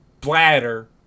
Bladder